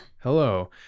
Hello